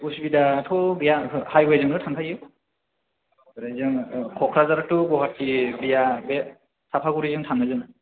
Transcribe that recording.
उसुबिदाथ' गैया ओहो हायवे जोंनो थांखायो ओरैनो जोङो क'कराझार थु गुवाहाटि बिया बे सापागुरिजों थाङो जोङो